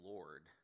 Lord